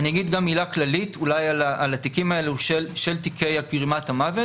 אני אגיד גם מילה כללית על התיקים האלה של גרימת מוות.